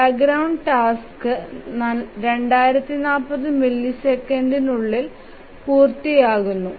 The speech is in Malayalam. ബാക്ക് ഗ്രൌണ്ട് ടാസ്ക് 2040 മില്ലി സെക്കൻഡിൽ പൂർത്തിയാകുന്നു